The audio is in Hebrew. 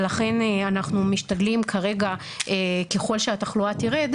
לכן אנחנו משתדלים כרגע ככל שהתחלואה תרד,